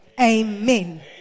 Amen